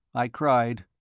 i cried.